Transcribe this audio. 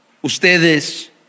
ustedes